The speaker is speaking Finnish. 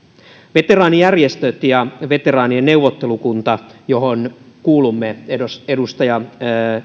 veteraanijärjestöt ja veteraanien neuvottelukunta johon me edustaja